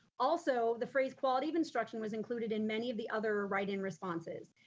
also, the phrase quality of instruction was included in many of the other writing responses.